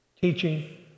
teaching